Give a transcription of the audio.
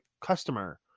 customer